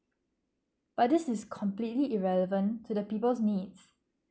but this is completely irrelevant to the people's needs